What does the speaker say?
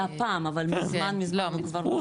היה פעם, אבל מזמן, מזמן הוא כבר לא.